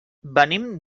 venim